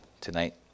tonight